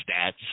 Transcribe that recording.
stats